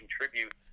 contribute